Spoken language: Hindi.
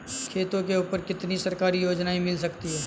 खेतों के ऊपर कितनी सरकारी योजनाएं मिल सकती हैं?